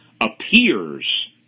appears